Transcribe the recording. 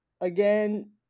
again